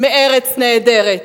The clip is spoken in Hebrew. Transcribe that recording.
מ"ארץ נהדרת",